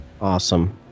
awesome